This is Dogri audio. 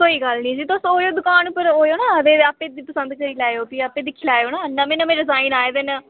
कोई गल्ल नी जी तुस ओयो दकान उप्पर आयो ना आ ते तुस आपें पसंद करी लैयो आपें दिक्खी लैयो ना नमें नमें डिजाइन आए दे न